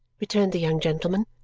returned the young gentleman.